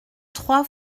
trois